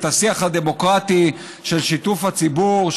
את השיח הדמוקרטי של שיתוף הציבור,